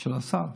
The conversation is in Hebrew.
של הסל.